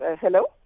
Hello